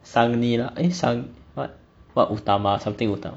sang nila eh sang what what utama something utama